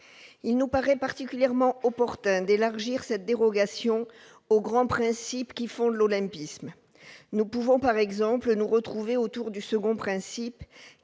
il nous paraît particulièrement opportun d'élargir cette dérogation aux grands principes qui fondent l'olympisme, nous pouvons par exemple nous retrouver autour du second principe